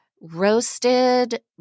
roasted